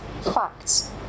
facts